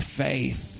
faith